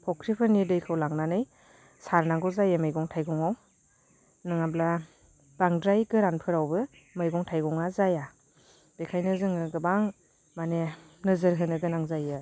फुख्रिफोरनि दैखौ लांनानै सारनांगौ जायो मैगं थाइगङाव नङाब्ला बांद्राय गोरानफोरावबो मैगं थाइगङा जाया बेखायनो जोङो गोबां माने नोजोर होनो गोनां जायो आरो